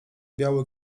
biały